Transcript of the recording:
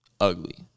ugly